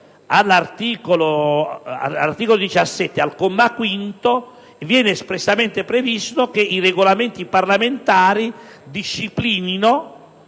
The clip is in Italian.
dell'articolo 17, viene espressamente previsto che i «Regolamenti parlamentari disciplinano